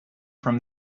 from